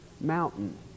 mountain